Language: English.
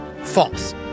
false